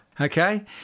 Okay